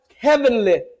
heavenly